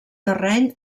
terreny